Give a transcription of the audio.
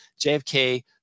JFK